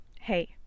hey